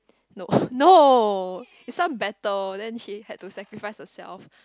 no no is some battle then she had to sacrifice herself